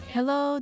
Hello